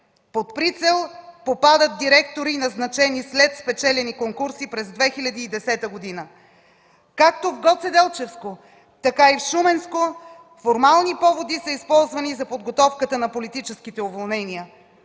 Под прицел попадат директори, назначени след спечелени конкурси през 2010 г. Както в Гоцеделчевство, така и в Шуменско формални поводи са използвани за подготовката на политическите уволнения.